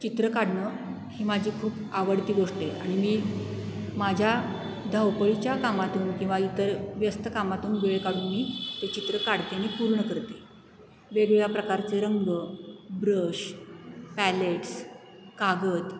चित्र काढणं ही माझी खूप आवडती गोष्ट आहे आणि मी माझ्या धावपळीच्या कामातून किंवा इतर व्यस्त कामातून वेळ काढून मी ते चित्र काढते आणि पूर्ण करते वेगवेगळ्या प्रकारचे रंग ब्रश पॅलेट्स कागद